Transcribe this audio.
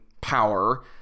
power